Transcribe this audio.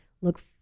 look